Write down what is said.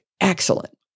excellent